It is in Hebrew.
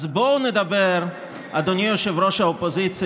אז בואו נדבר, אדוני ראש האופוזיציה,